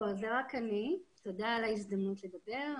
תודה על ההזדמנות לדבר.